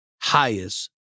highest